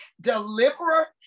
deliverer